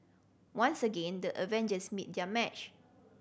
once again the Avengers meet their match